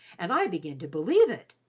and i begin to believe it.